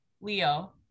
Leo